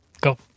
go